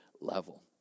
level